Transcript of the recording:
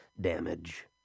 damage